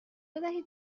بدهید